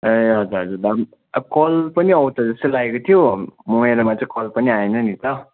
ए हजुर हजुर धन अब कल पनि आउँछ जस्तो लागेको थियो मेरोमा चाहिँ कल पनि आएन नि त